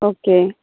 okay